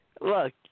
look